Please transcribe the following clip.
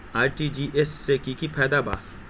RTGS से की की फायदा बा?